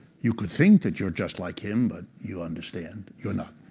you could think that you're just like him, but you understand you're not.